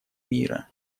мира